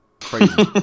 Crazy